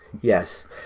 Yes